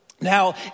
Now